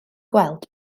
gweld